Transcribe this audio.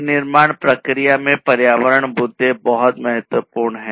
विनिर्माण प्रक्रिया में पर्यावरण मुद्दे बहुत महत्वपूर्ण हैं